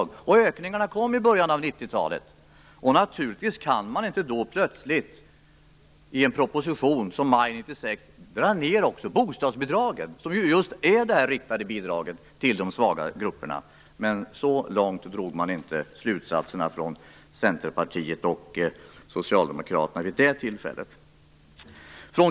Det är naturligt, och ökningarna kom i början av 1990-talet. Naturligtvis kan man då inte som i maj 1996 i en proposition föreslå en neddragning också av bostadsbidraget, som är ett riktat bidrag till just de svaga grupperna! Men så långt drog inte Centerpartiet och Socialdemokraterna slutsatserna vid det tillfället.